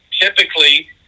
Typically